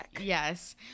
yes